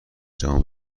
جوان